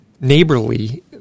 neighborly